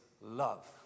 love